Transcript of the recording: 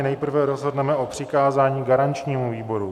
Nejprve rozhodneme o přikázání garančnímu výboru.